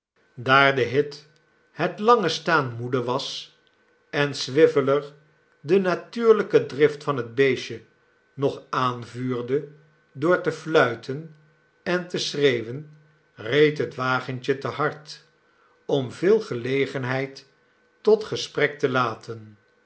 daar de hit het lange staan moede was en swiveller de natuurlijke drift van het beestje nog aanvuurde door te fluiten en te schreeuwen reed het wagentje te hard om veel gelegenheid tot gesprek te laten